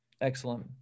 Excellent